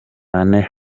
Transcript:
anne